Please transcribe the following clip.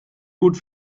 gut